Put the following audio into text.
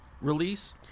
release